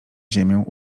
ziemię